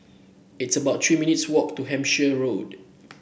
it's about Three minutes' walk to Hampshire Road